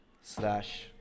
slash